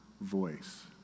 voice